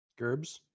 Gerbs